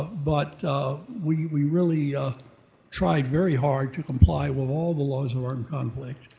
but we we really ah tried very hard to comply with all the laws of armed conflict.